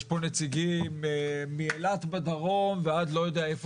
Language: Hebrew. יש פה נציגים מאילת בדרום ועד לא יודע איפה